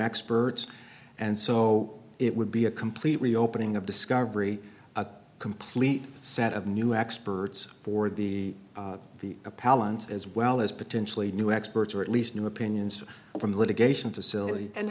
experts and so it would be a complete reopening of discovery a complete set of new experts for the the pallant as well as potentially new experts or at least new opinions from the litigation facility and